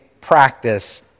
practice